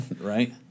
Right